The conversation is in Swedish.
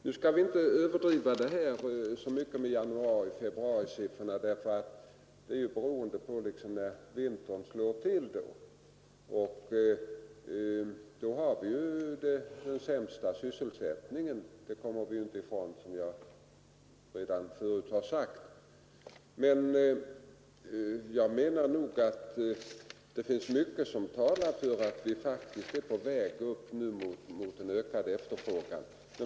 Nu skall vi inte överdriva januari—-februarisiffrorna. De beror ju på när vintern slår till. Vi vet ju att vi då har den sämsta sysselsättningen, som jag redan förut sagt. Men jag menar nog att det finns mycket som talar för att vi faktiskt är på väg upp nu mot en ökad efterfrågan.